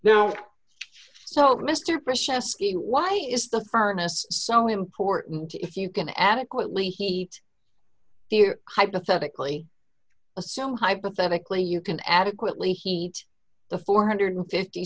precious why is the furnace so important if you can adequately heat their hypothetically assume hypothetically you can adequately heat the four hundred and fifty